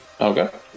Okay